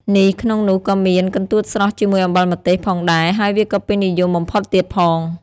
នេះក្នុងនោះក៏មាន កន្ទួតស្រស់ជាមួយអំបិលម្ទេស ផងដែរ ហើយវាក៏ពេញនិយមបំផុតទៀតផង។